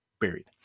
buried